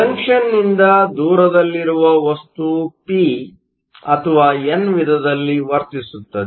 ಜಂಕ್ಷನ್ನಿಂದ ದೂರದಲ್ಲಿರುವ ವಸ್ತುವು pಪಿ ಅಥವಾ ಎನ್ ವಿಧದಲ್ಲಿ ವರ್ತಿಸುತ್ತದೆ